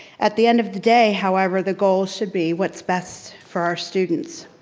at the end of the day however, the goal should be what's best for our students.